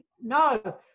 No